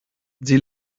sie